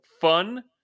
fun